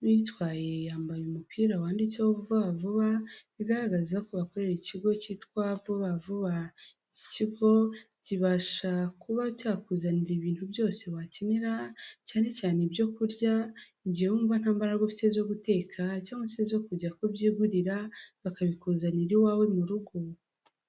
n'uyitwaye yambaye umupira wanditseho Vuba Vuba, bigaragaza ko akorera ikigo cyitwa Vuba Vuba. Iki kigo kibasha kuba cyakuzanira ibintu byose wakenera, cyane cyane ibyo kurya, igihe wumva nta mbaraga ufite zo guteka cyangwa se zo kujya kubyigurira, bakabikuzanira iwawe mu rugo.